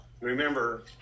Remember